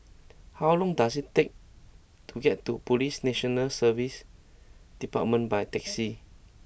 how long does it take to get to Police National Service Department by taxi